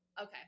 Okay